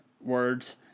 words